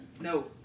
No